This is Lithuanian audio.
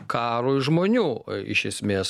karui žmonių iš esmės